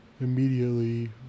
immediately